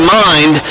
mind